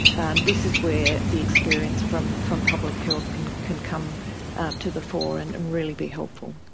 and this is where the experience from from public health can can come to the fore and and really be helpful.